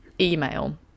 Email